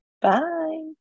bye